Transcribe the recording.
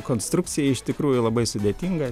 konstrukcija iš tikrųjų labai sudėtinga